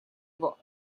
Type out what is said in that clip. его